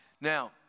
now